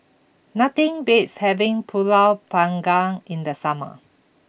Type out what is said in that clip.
nothing beats having Pulut Panggang in the summer